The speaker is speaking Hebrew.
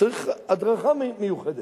צריך הדרכה מיוחדת,